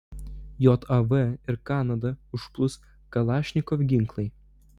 jav ir kanadą užplūs kalašnikov ginklai